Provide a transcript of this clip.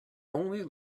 only